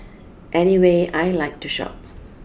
anyway I like to shop